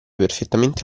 perfettamente